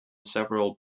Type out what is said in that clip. several